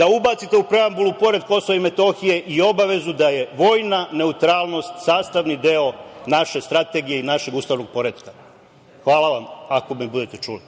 da ubacite u preambulu pored Kosova i Metohije i obavezu da je vojna neutralnost sastavni deo naše strategije i našeg ustavnog poretka. Hvala vam, ako me budete čuli.